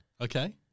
Okay